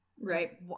Right